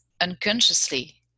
unconsciously